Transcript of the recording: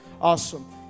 Awesome